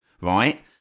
right